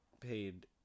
paid